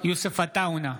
יוסף עטאונה,